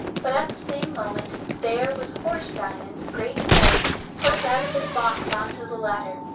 but at the same moment there was horse diamond's great head poked out of his box on to the ladder,